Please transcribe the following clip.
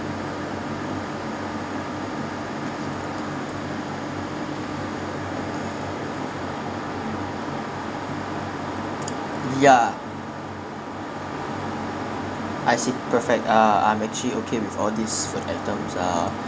yeah I see perfect uh I'm actually okay with all these food items uh